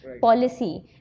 policy